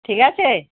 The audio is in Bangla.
ঠিক আছে